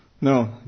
No